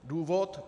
Důvod?